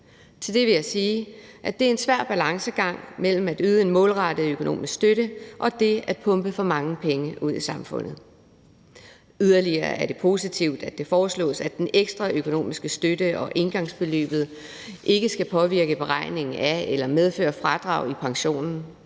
Til det vil jeg sige, at det er en svær balancegang mellem at yde en målrettet økonomisk støtte og det at pumpe for mange penge ud i samfundet. Yderligere er det positivt, at det foreslås, at den ekstra økonomiske støtte og engangsbeløbet ikke skal påvirke beregningen af eller medføre fradrag i pension,